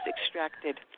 extracted